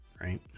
right